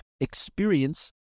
experience